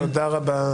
גלעד, תודה רבה.